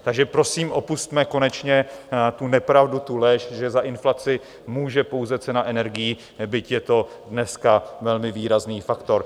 Takže prosím opusťme konečně tu nepravdu, tu lež, že za inflaci může pouze cena energií, byť je to dneska velmi výrazný faktor.